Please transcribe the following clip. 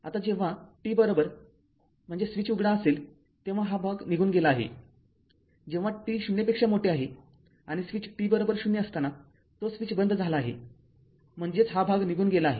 आता जेव्हा t म्हणजे स्विच उघडा असेल तेव्हा हा भाग निघून गेला आहे जेव्हा t 0 आहे आणि स्विच t० असताना तो स्विच बंद झाला आहे म्हणजेच हा भाग निघून गेला आहे